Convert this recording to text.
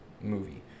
movie